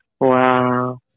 Wow